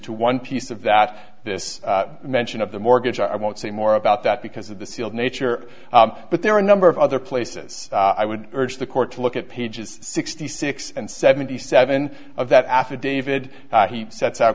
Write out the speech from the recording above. to one piece of that this mention of the mortgage i won't say more about that because of the sealed nature but there are a number of other places i would urge the court to look at pages sixty six and seventy seven of that after david heath sets are